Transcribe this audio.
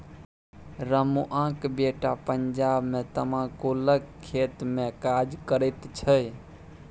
रमुआक बेटा पंजाब मे तमाकुलक खेतमे काज करैत छै